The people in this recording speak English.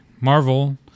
Marvel